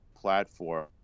platform